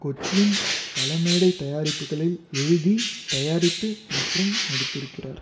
Koechlin பல மேடை தயாரிப்புகளில் எழுதி தயாரித்து மற்றும் நடித்திருக்கிறார்